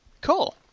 Cool